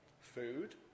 Food